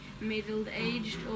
middle-aged